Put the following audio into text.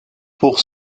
pour